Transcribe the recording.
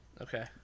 Okay